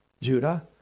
Judah